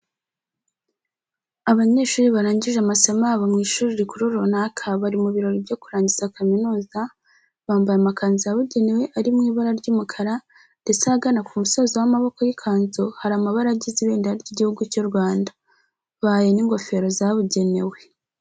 Abanyeshuri barangije amasomo yabo mu ishuri rikuru runaka bari mu birori byo kurangiza kaminuza, bambaye amakanzu yabugenewe ari mu ibara ry'umukara ndetse ahagana ku musozo w'amaboko y'ikanzu hari amabara agize ibendera ry'Igihugu cy'u Rwanda. Bbaye n'ingofero zabugenewe.